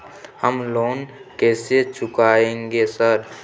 हम लोन कैसे चुकाएंगे सर?